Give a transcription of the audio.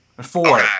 four